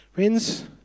Friends